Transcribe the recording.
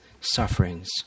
sufferings